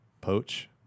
poach